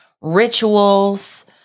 rituals